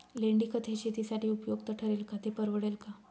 लेंडीखत हे शेतीसाठी उपयुक्त ठरेल का, ते परवडेल का?